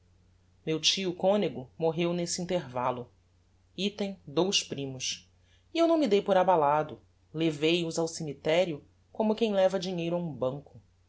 meu tio conego morreu nesse intervallo item dous primos e eu não me dei por abalado levei os ao cemiterio como quem leva dinheiro a um banco